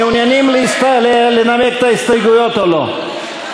מעוניינים לנמק את ההסתייגויות או לא?